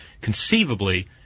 conceivably